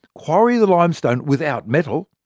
quarry the limestone without metal,